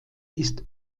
ist